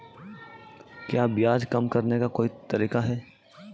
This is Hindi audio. क्या ब्याज कम करने का कोई तरीका है?